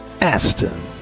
Aston